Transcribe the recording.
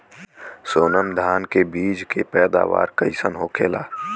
सोनम धान के बिज के पैदावार कइसन होखेला?